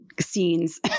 scenes